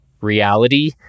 reality